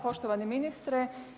Poštovani ministre.